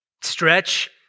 stretch